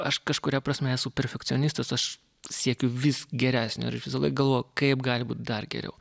aš kažkuria prasme esu perfekcionistas aš siekiu vis geresnio ir aš visąlaik galvoju kaip gali būt dar geriau